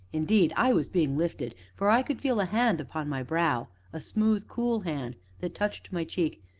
indeed, i was being lifted, for i could feel a hand upon my brow a smooth, cool hand that touched my cheek,